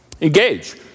Engage